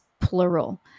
plural